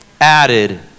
Added